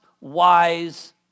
wise